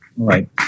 Right